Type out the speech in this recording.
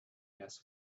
gas